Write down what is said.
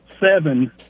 seven